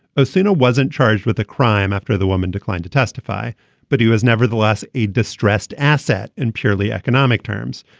osuna wasn't charged with a crime after the woman declined to testify but he was nevertheless a distressed asset in purely economic terms.